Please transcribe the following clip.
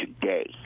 today